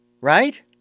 Right